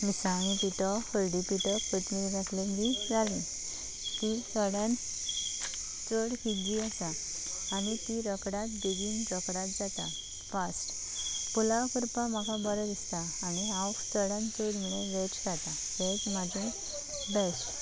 मिस्सांगे पिटो हळडी पिटो कोथमीर घातलेली जाली ती चडान चड इज्जी आसा आनी ती रोकडात बेगीन रोकडात जाता फास्ट पुलाव करपा म्हाका बरो दिसता आनी हांव चडान चड म्हुणू वॅज खाता वॅज म्हाजें बॅश